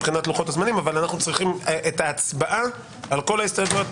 אנחנו צריכים את ההצבעה על כל ההסתייגויות